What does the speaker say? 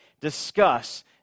discuss